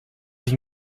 sich